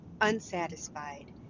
unsatisfied